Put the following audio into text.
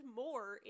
more